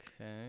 okay